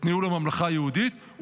את ניהול הממלכה היהודית,